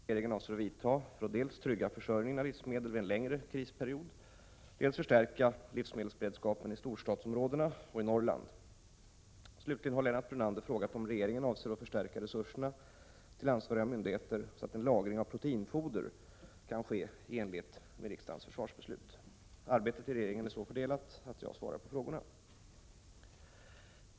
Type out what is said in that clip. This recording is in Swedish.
Herr talman! Lennart Brunander har i en interpellation, ställd till försvarsministern, framfört frågor beträffande sårbarheten inom livsmedelsberedskapen. Lennart Brunander har frågat vilka åtgärder regeringen avser vidta för att dels trygga försörjningen av livsmedel vid en längre krisperiod, dels förstärka livsmedelsberedskapen i storstadsområdena och i Norrland. Slutligen har Lennart Brunander frågat om regeringen avser att förstärka resurserna till ansvariga myndigheter så att en lagring av proteinfoder kan ske i enlighet med riksdagens försvarsbeslut. Arbetet inom regeringen är så fördelat att det är jag som skall svara på frågorna.